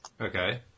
Okay